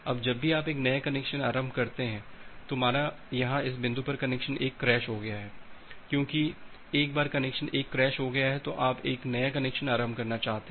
अब जब भी आप एक नया कनेक्शन आरंभ करते हैं तो माना यहां इस बिंदु पर कनेक्शन 1 क्रैश हो गया है क्यूंकि एक बार कनेक्शन 1 क्रैश हो गया तो आप एक नया कनेक्शन आरंभ करना चाहते हैं